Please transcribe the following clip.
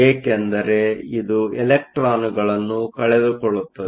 ಏಕೆಂದರೆ ಇದು ಇಲೆಕ್ಟ್ರಾನ್ಗಳನ್ನು ಕಳೆದುಕೊಳ್ಳುತ್ತದೆ